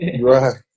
Right